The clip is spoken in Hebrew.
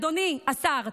אדוני השר,